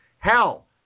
Hell